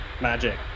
magic